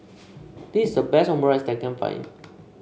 this is the best Omurice that I can find